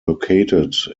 located